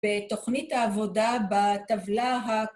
בתוכנית העבודה בטבלה ה...